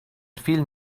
vielen